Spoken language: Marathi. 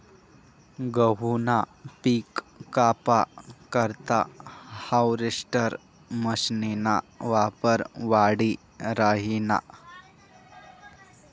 गहूनं पिक कापा करता हार्वेस्टर मशीनना वापर वाढी राहिना